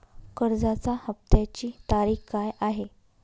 कर्जाचा हफ्त्याची तारीख काय आहे?